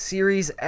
Series